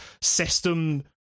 system